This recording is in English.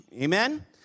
Amen